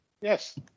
Yes